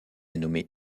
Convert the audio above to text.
nommé